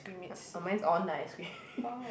uh mine is on the ice cream